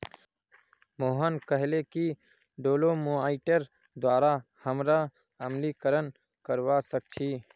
मोहन कहले कि डोलोमाइटेर द्वारा हमरा अम्लीकरण करवा सख छी